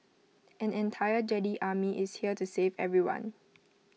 an entire Jedi army is here to save everyone